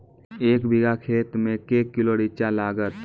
एक बीघा खेत मे के किलो रिचा लागत?